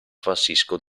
francisco